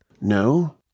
No